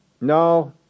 No